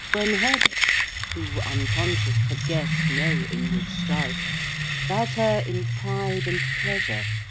when herbert who, unconscious, had guessed no inward strife bade her, in pride and pleasure,